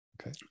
Okay